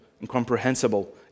incomprehensible